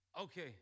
Okay